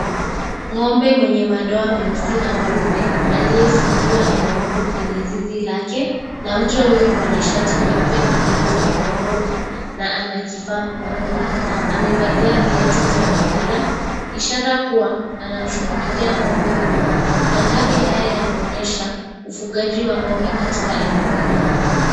Ng'ombe mwenye madoa meusi na meupe aliyefungiwa na nyororo kwenye zizi lake na mcha huyo mwenye shati nyeupe na glofu mkononi na ana kifaa mkononi, amevalia viatu vya mpira ishara kuwa anamshughulikia ng'ombe huyo, manthari haya yanaonyesha ufugaji wa ng'ombe katika eneo hilo.